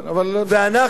ואנחנו,